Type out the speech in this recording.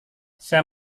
saya